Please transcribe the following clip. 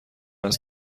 است